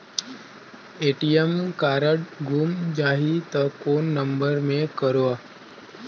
ATM card गुम जाही त कौन नम्बर मे करव?